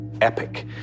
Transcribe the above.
epic